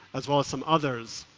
as well as some others.